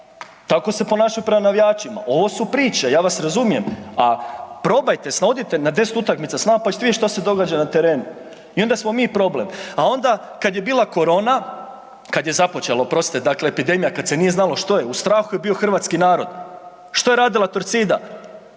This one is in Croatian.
Tako se ponašaju prema navijačima, ovo su priče, ja vas razumijem a probajte, odite na 10 utakmica s nama pa ćete vidjet šta se događa na terenu. I onda smo mi problem, a onda kad je bila korona, kad je započela, oprostite, epidemija, kad se nije znalo što je, u strahu je bio hrvatski narod, što je radila Torcida?